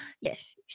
Yes